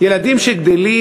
ילדים שגדלים